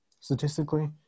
statistically